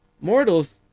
mortals